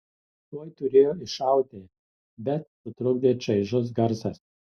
tuoj turėjo iššauti bet sutrukdė čaižus garsas